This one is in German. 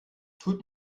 tut